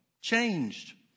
changed